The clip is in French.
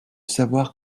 savoir